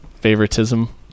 favoritism